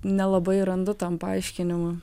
nelabai randu tam paaiškinimą